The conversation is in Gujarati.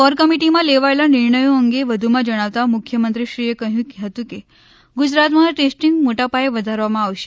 કોર કમિટીમાં લેવાયેલા નિર્ણયો અંગે વધુમાં જણાવતાં મુખ્ય મંત્રીશ્રીએ કહ્યું હતું કે ગુજરાતમાં ટેસ્ટીંગ મોટેપાયે વધારવામાં આવશે